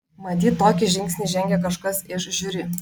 matyt tokį žingsnį žengė kažkas iš žiuri